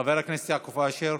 חבר הכנסת יעקב אשר,